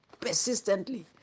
persistently